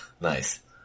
Nice